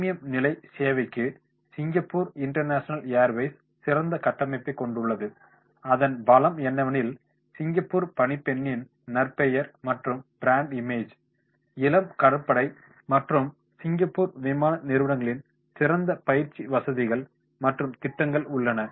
premium நிலை சேவைக்கு SIA சிறந்த கட்டமைப்பைக் கொண்டுள்ளது அதன் பலம் என்னவெனில் சிங்கப்பூர் பணிப்பெண்ணின் நற்பெயர் மற்றும் பிராண்ட் இமேஜ் இளம் கடற்படை மற்றும் சிங்கப்பூர் விமான நிறுவனங்களின் சிறந்த பயிற்சி வசதிகள் மற்றும் திட்டங்கள் உள்ளன